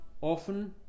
often